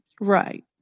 Right